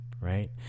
right